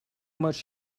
much